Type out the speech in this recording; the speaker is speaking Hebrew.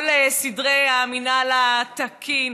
כל סדרי המינהל התקין,